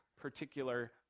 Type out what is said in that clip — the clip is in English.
particular